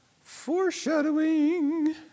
Foreshadowing